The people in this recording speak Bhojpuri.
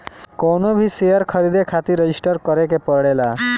कवनो भी शेयर खरीदे खातिर रजिस्टर करे के पड़ेला